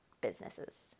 businesses